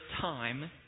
time